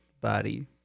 body